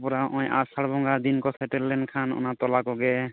ᱛᱟᱨᱯᱚᱨᱮ ᱱᱚᱜᱼᱚᱭ ᱟᱥᱟᱲ ᱵᱚᱝᱜᱟ ᱫᱤᱱᱠᱚ ᱥᱮᱴᱮᱨ ᱞᱮᱱᱠᱷᱟᱱ ᱚᱱᱟ ᱛᱚᱞᱟ ᱠᱚᱜᱮ